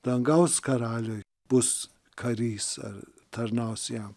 dangaus karaliui bus karys ar tarnaus jam